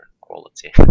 quality